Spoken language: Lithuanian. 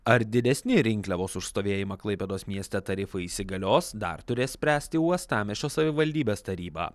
ar didesni rinkliavos už stovėjimą klaipėdos mieste tarifai įsigalios dar turės spręsti uostamiesčio savivaldybės taryba